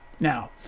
Now